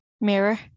Mirror